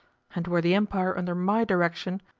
and were the empire under my direction,